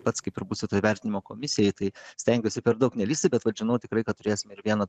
pats kaip ir būsiu vertinimo komisijoj tai stengiuosi per daug nelįsti bet vat žinau tikrai kad turėsime ir vieną